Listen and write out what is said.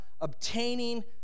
Obtaining